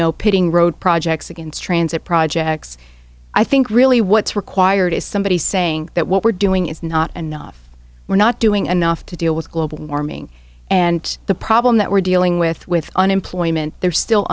know pitting road projects against transit projects i think really what's required is somebody saying that what we're doing is not enough we're not doing enough to deal with global warming and the problem that we're dealing with with unemployment there's still